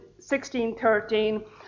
1613